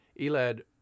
Elad